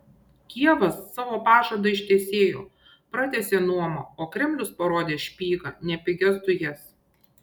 kijevas savo pažadą ištesėjo pratęsė nuomą o kremlius parodė špygą ne pigias dujas